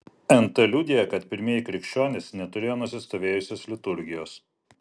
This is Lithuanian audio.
nt liudija kad pirmieji krikščionys neturėjo nusistovėjusios liturgijos